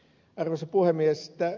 arvoisa puhemies